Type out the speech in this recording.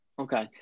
Okay